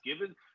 given